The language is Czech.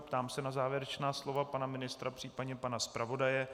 Ptám se na závěrečná slova pana ministra, případně pana zpravodaje.